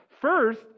First